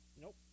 Nope